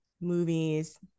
movies